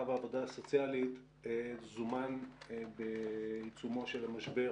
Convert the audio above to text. והעבודה הסוציאלית זומן בעיצומו של המשבר